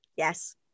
Yes